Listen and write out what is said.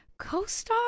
CoStar